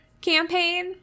campaign